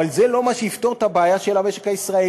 אבל זה לא מה שיפתור את הבעיה של המשק הישראלי